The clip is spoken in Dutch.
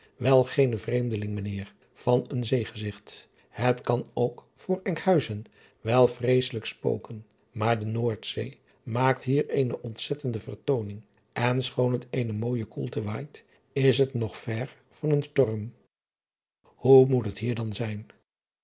wel geene vreemdeling ijnheer van een zeegezigt et kan ook voor nkhuizen wel vreesselijk spoken maar de oordzee maakt hier eene ontzettende vertooning en schoon het eene mooije koelte waait is het nog ver van een storm hoe moet het hier dan zijn